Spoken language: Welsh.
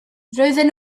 roedden